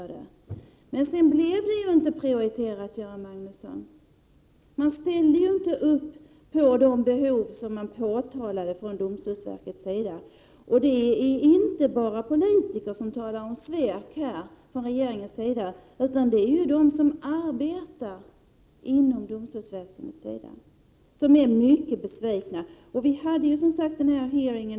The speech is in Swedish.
Men det har man inte visat, Göran Magnusson! Man har inte prioriterat detta område. Man ställde inte upp när det gällde att tillgodose de behov som domstolsverket hade pekat på. Det är faktiskt inte bara politiker som talar om svek från regeringens sida i detta avseende, utan det gör också de som arbetar inom domstolsväsendet. Man är mycket besviken. Vi har, som sagt, haft en hearing.